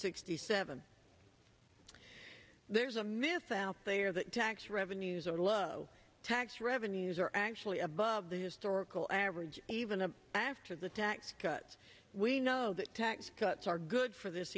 sixty seven there's a myth out there that tax revenues are low tax revenues are actually above the historical average even the after the tax cuts we know that tax cuts are good for this